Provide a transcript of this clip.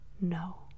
no